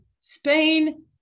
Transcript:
Spain